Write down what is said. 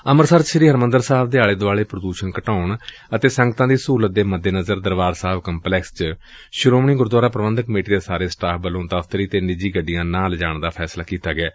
ਅੰਮ੍ਤਿਤਸਰ ਚ ਸ੍ਰੀ ਹਰਿਮੰਦਰ ਸਾਹਿਬ ਦੇ ਆਲੇ ਦੁਆਲੇ ਪ੍ਦੁਸ਼ਣ ਘਟਾਉਣ ਅਤੇ ਸੰਗਤਾਂ ਦੀ ਸਹੁਲਤ ਦੇ ਮੱਦੇਨਜ਼ਰ ਦਰਬਾਰ ਸਾਹਿਬ ਕੰਪਲੈਕਸ ਅੰਦਰ ਸ਼ੋਮਣੀ ਕਮੇਟੀ ਦੇ ਸਾਰੇ ਸਟਾਫ ਵੱਲੋਂ ਦਫ਼ਤਰੀ ਅਤੇ ਨਿੱਜੀ ਗੱਡੀਆਂ ਨਾ ਲਿਜਾਣ ਦਾ ਫੈਸਲਾ ਕੀਤਾ ਗਿਐ